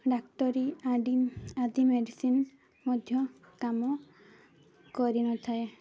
ଡ଼ାକ୍ତରୀ ଆଦି ଆଦି ମେଡ଼ିସିନ୍ ମଧ୍ୟ କାମ କରିନଥାଏ